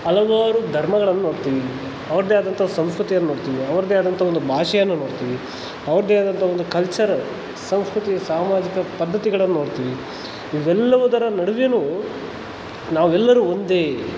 ಹಲವಾರು ಧರ್ಮಗಳನ್ ನೋಡ್ತೀವಿ ಅವ್ರದ್ದೇ ಆದಂಥ ಸಂಸ್ಕೃತಿಯನ್ ನೋಡ್ತೀವಿ ಅವ್ರದ್ದೇ ಆದಂಥ ಒಂದು ಭಾಷೆಯನ್ನು ನೋಡ್ತೀವಿ ಅವ್ರದ್ದೇ ಆದಂತಹ ಒಂದು ಕಲ್ಚರ್ ಸಂಸ್ಕೃತಿ ಸಾಮಾಜಿಕ ಪದ್ದತಿಗಳನ್ನ ನೋಡ್ತೀವಿ ಇವೆಲ್ಲವುದರ ನಡುವೆ ನಾವೆಲ್ಲರೂ ಒಂದೇ